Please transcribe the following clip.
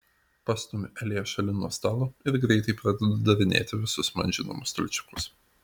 pastumiu eliją šalin nuo stalo ir greitai pradedu darinėti visus man žinomus stalčiukus